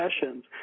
sessions